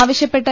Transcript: ആവശ്യപ്പെട്ടു